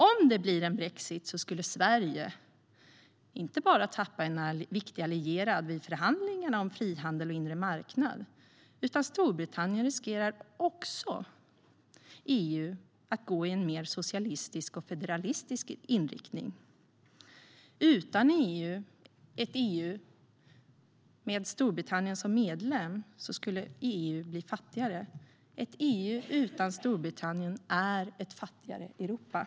Om det blir en brexit kommer Sverige inte bara att tappa en viktig allierad vid förhandlingar om frihandel och den inre marknaden. Utan Storbritannien riskerar EU också att gå i en mer socialistisk och federalistisk riktning. Ett EU utan Storbritannien som medlem skulle bli fattigare. Ett EU utan Storbritannien är ett fattigare Europa.